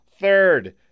third